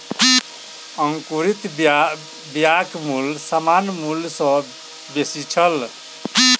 अंकुरित बियाक मूल्य सामान्य मूल्य सॅ बेसी छल